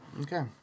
Okay